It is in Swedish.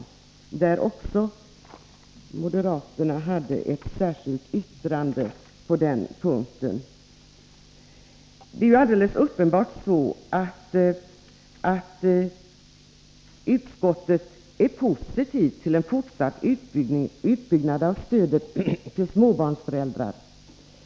Även på den punkten har moderaterna ett särskilt yttrande. Utskottet är helt uppenbart positivt till tanken på en fortsatt utbyggnad av stödet till småbarnsföräldrar.